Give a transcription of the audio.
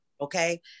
okay